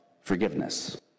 forgiveness